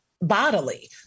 bodily